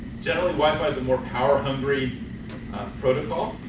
generally wi-fi has a more power-hungry protocol.